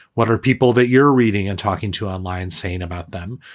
what are people that you're reading and talking to online saying about them?